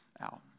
out